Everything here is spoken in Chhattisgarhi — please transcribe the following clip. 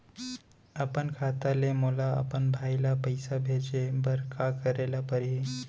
अपन खाता ले मोला अपन भाई ल पइसा भेजे बर का करे ल परही?